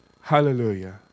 Hallelujah